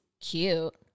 cute